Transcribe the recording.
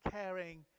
Caring